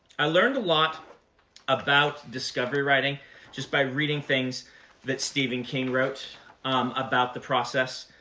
i learned a lot about discovery writing just by reading things that stephen king wrote um about the process.